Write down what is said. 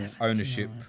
ownership